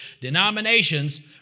denominations